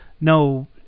no